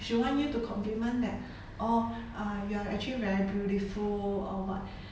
she want you to complement that orh uh you are actually very beautiful or what